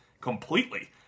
completely